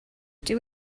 dyw